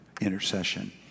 intercession